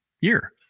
year